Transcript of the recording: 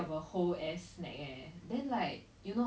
which one oh okay okay okay